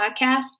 podcast